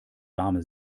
warme